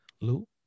Lou